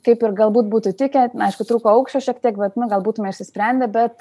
kaip ir galbūt būtų tikę aišku trūko aukščio šiek tiek bet nu gal būtume apsisprendę bet